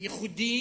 ייחודי